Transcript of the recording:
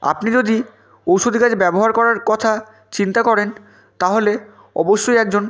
আপনি যদি ঔষধি গাছ ব্যবহার করার কথা চিন্তা করেন তাহলে অবশ্যই একজন